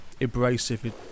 abrasive